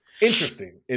Interesting